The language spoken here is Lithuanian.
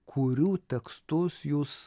kurių tekstus jūs